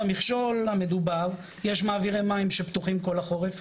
במכשול המדובר יש מעבירי מים שפתוחים כל החורף.